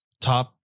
Top